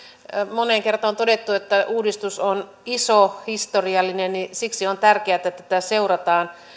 moneen kertaan on todettu että uudistus on iso historiallinen ja siksi on tärkeää että tätä seurataan